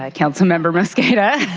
ah council member mosqueda,